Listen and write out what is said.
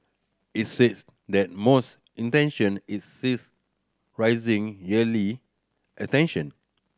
it says that most intention its size rising yearly attention